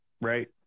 right